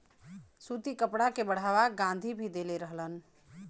सूती कपड़ा के बढ़ावा गाँधी भी देले रहलन